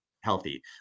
healthy